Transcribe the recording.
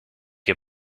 heb